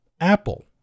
Apple